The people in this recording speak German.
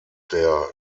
der